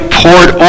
poured